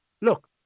Look